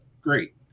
great